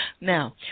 Now